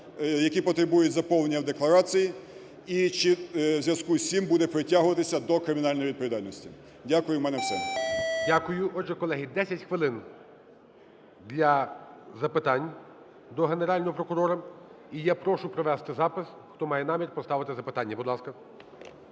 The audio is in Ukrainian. які потребують заповнення в декларації і чи в зв'язку з цим буде притягуватись до кримінальної відповідальності. Дякую. У мене все. ГОЛОВУЮЧИЙ. Дякую. Отже, колеги 10 хвилин для запитань до Генерального прокурора. І я прошу провести запис, хто має намір поставити запитання. Будь ласка.